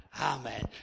Amen